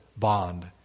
bond